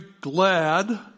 glad